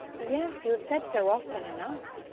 yes, you have said so often enough.